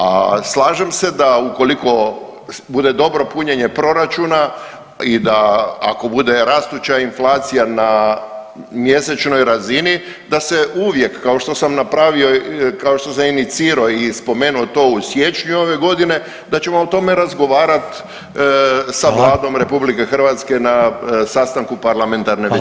A slažem se da ukoliko bude dobro punjenje proračuna i da ako bude rastuća inflacija na mjesečnoj razini da se uvijek kao što sam napravio, kao što sam inicirao i spomenuo to u siječnju ove godine, da ćemo o tome razgovarati sa Vladom RH na sastanku parlamentarne većine.